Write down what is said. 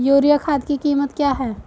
Urea खाद की कीमत क्या है?